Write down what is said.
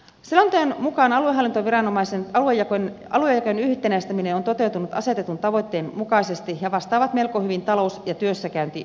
selonteon mukaan aluehallintoviranomaisen aluejakojen yhtenäistäminen on toteutunut asetetun tavoitteen mukaisesti ja aluejaot vastaavat melko hyvin talous ja työssäkäyntialueiden rajoja